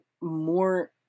more